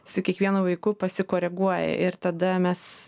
su kiekvienu vaiku pasikoreguoji ir tada mes